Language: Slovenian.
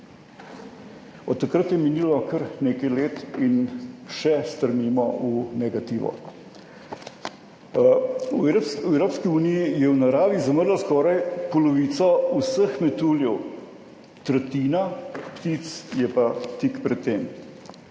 Od takrat je minilo kar nekaj let in še strmimo v negativo. V Evropski uniji je v naravi zamrlo skoraj polovico vseh metuljev, tretjina ptic je pa tik pred tem.